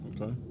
Okay